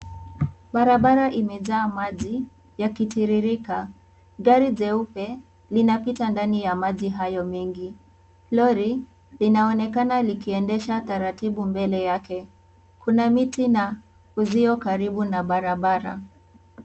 Barabara imejaa maji yakitiririka. Gari jeupe linapita ndani ya maji hayo mengi. Lori linaonekana likiendesha taratibu mbele yake. Kuna miti na uzio karibu na barabara.